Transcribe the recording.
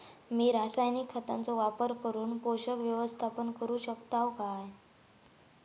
मी रासायनिक खतांचो वापर करून पोषक व्यवस्थापन करू शकताव काय?